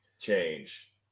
change